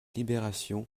libération